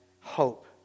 hope